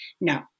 no